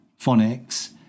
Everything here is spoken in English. phonics